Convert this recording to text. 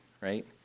right